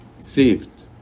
saved